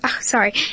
sorry